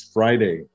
Friday